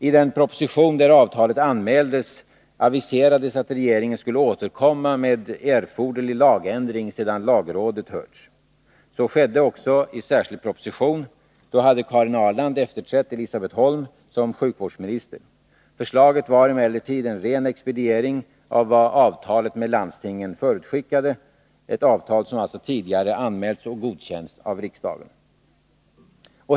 I den proposition där avtalet anmäldes aviserades att regeringen skulle återkomma med erforderlig lagändring sedan lagrådet hörts. Så skedde också i särskild proposition. Då hade Karin Ahrland efterträtt Elisabet Holm som sjukvårdsminister. Förslaget var emellertid en ren expediering av vad avtalet med landstingen förutskickade, ett avtal som tidigare anmälts och godkänts av riksdagen.